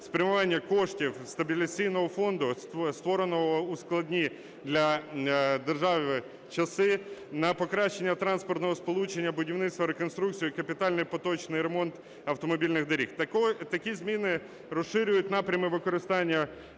спрямування коштів стабілізаційного фонду, створеного у складні для держави часи, на покращення транспортного сполучення, будівництво, реконструкцію і капітальний поточний ремонт автомобільних доріг. Такі зміни розширюють напрями використання